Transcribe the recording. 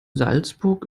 salzburg